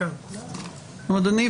אדוני,